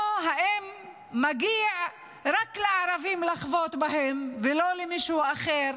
או האם מגיע שיחבטו רק בערבים ולא במישהו אחר,